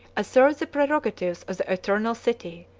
assert the prerogatives of the eternal city,